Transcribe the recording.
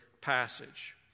passage